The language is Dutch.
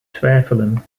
twijfelen